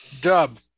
Dub